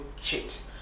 cheat